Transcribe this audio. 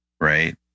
right